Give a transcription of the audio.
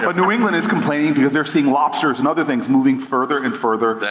but new england is complaining because they're seeing lobsters and other things moving further and further